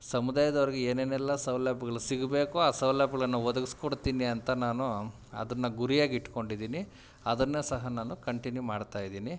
ಸಮುದಾಯದವ್ರಿಗೆ ಏನೇನೆಲ್ಲ ಸೌಲಭ್ಯಗಳ್ ಸಿಗಬೇಕೊ ಆ ಸೌಲಭ್ಯಗಳನ್ ಒದಗಿಸ್ಕೊಡ್ತೀನಿ ಅಂತ ನಾನೂ ಅದನ್ನು ಗುರಿಯಾಗಿ ಇಟ್ಕೊಂಡಿದೀನಿ ಅದನ್ನು ಸಹ ನಾನು ಕಂಟಿನ್ಯೂ ಮಾಡ್ತಾ ಇದೀನಿ